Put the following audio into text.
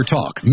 Talk